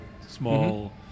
small